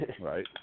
Right